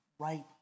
right